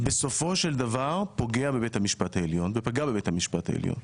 בסופו של דבר פוגע בבית המשפט העליון ופגע בבית המשפט העליון.